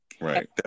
Right